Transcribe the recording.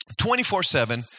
24-7